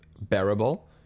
bearable